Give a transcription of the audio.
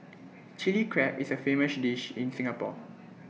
Chilli Crab is A famous dish in Singapore